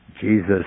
Jesus